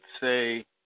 say